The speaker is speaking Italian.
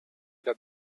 era